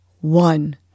one